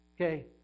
Okay